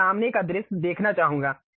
मैं सामने का दृश्य देखना चाहूंगा